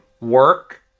work